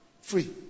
free